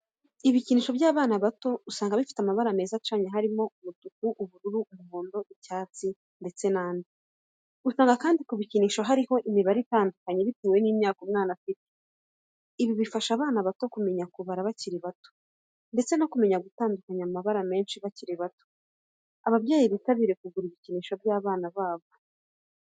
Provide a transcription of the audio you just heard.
Ibikinisho by'abana bato usanga bifite amabara meza acanye harimo: umutuku, ubururu, umuhondo, icyatsi, ndetse n'andi. Usanga kandi ku ibikinisho harimo imibare itandukanye bitewe n'imyaka umwana afite. Ibi bifasha abana bato kumenya kubara bakiri bato, ndetse no kumenya gutandukanya amabara menshi bakiri bato. Ababyeyi bitabire kugura ibikinisho by'abana babo.